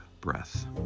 breath